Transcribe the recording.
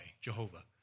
Jehovah